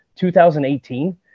2018